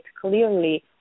clearly